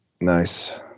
nice